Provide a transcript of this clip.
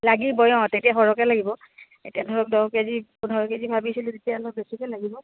লাগিবই অঁ তেতিয়া সৰহকে লাগিব এতিয়া ধৰক দহ কেজি পোন্ধৰ কেজি ভাবিছিলোঁ তেতিয়া অলপ বেছিকে লাগিব